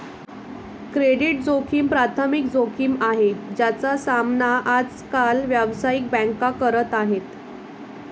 credit जोखिम प्राथमिक जोखिम आहे, ज्याचा सामना आज काल व्यावसायिक बँका करत आहेत